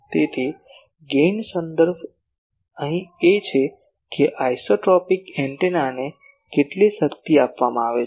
તેથી ગેઇન અહીં સંદર્ભ છે કે આઇસોટ્રોપિક એન્ટેનાને કેટલી શક્તિ આપવામાં આવે છે